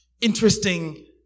interesting